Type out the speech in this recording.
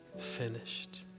finished